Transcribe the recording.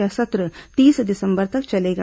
यह सत्र तीस दिसंबर तक चलेगा